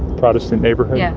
protestant neighborhood. yeah